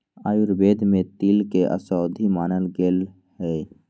आयुर्वेद में तिल के औषधि मानल गैले है